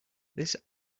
this